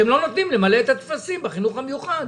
רק אתם לא נותנים למלא את הטפסים בחינוך המיוחד.